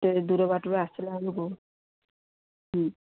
ଏତେ ଦୂର ବାଟରୁ ଆସିଲେ ବେଳକୁ